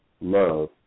love